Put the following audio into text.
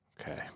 Okay